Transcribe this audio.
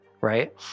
right